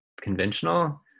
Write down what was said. conventional